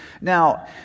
Now